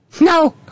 No